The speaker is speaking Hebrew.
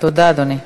תודה, אדוני.